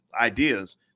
ideas